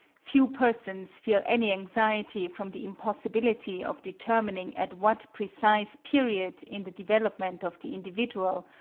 few persons feel any anxiety from the impossibility of determining at what precise period in the development of the individual,